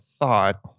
thought